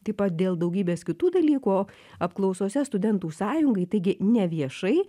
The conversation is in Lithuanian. taip pat dėl daugybės kitų dalykų apklausose studentų sąjungai taigi neviešai